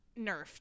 nerfed